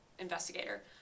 Investigator